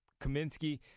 Kaminsky